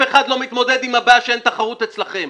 אחד לא מתמודד עם הבעיה שאין תחרות אצלכם,